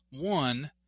one